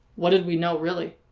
what did we know, really?